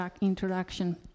introduction